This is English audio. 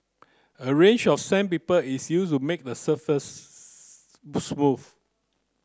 a range of sandpaper is used to make the surface smooth